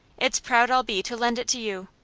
it's proud i'll be to lend it to you.